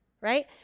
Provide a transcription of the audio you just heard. right